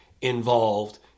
involved